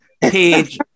Page